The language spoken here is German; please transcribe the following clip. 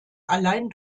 allein